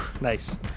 nice